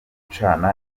gucana